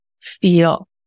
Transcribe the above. feel